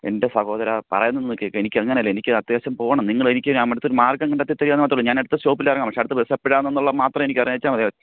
എൻ്റെ സഹോദരാ പറയുന്ന ഒന്ന് കേൾക്ക് എനിക്കങ്ങനല്ല എനിക്ക് അത്യാവശ്യം പോകണം നിങ്ങളെനിക്ക് അടുത്ത ഒരു മാർഗം കണ്ടെത്തി തരിക എന്നുമാത്രൊള്ളു ഞാനടുത്ത സ്റ്റോപ്പിലിറങ്ങാം പക്ഷേ അടുത്ത ബസ്സെപ്പഴാന്നെന്നുള്ള മാത്രം എനിക്ക് അറിഞ്ഞേച്ചാൽ മതി